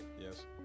Yes